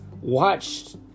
watched